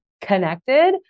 connected